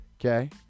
okay